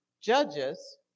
Judges